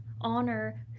honor